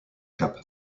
cap